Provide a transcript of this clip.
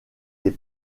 les